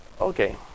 Okay